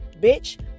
bitch